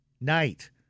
night